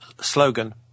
slogan